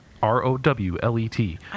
r-o-w-l-e-t